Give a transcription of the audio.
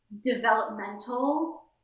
developmental